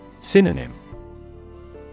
Synonym